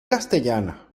castellana